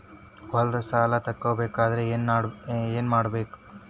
ಹೊಲದ ಸಾಲ ತಗೋಬೇಕಾದ್ರೆ ಏನ್ಮಾಡಬೇಕು?